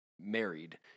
married